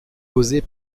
causée